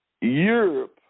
Europe